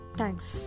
thanks